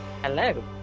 Hello